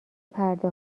پرده